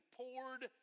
poured